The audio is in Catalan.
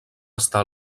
està